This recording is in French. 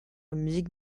musique